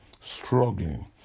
struggling